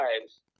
lives